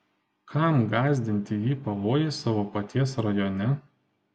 kam gąsdinti jį pavojais savo paties rajone